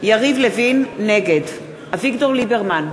נגד אביגדור ליברמן,